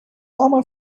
comma